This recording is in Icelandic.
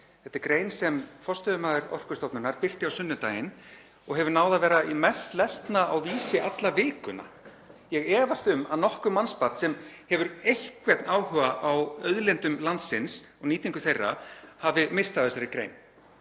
Þetta er grein sem forstöðumaður Orkustofnunar birti á sunnudaginn og hefur náð að verða sú mest lesna á Vísi alla vikuna. Ég efast um að nokkurt mannsbarn sem hefur einhvern áhuga á auðlindum landsins og nýtingu þeirra hafi misst af þessari grein